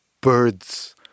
birds